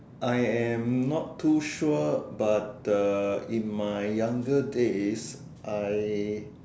I am not too sure but uh in my younger days I